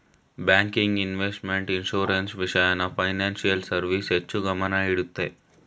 banking, investment, insurance, ವಿಷಯನ financial service ಹೆಚ್ಚು ಗಮನ ಇಡುತ್ತೆ